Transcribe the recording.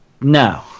No